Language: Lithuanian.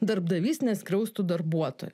darbdavys neskriaustų darbuotojo